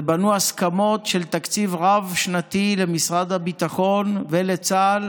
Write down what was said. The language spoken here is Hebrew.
ובנו הסכמות של תקציב רב-שנתי למשרד הביטחון ולצה"ל